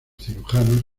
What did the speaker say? cirujanos